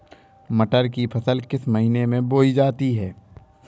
मटर की फसल किस महीने में बोई जाती है?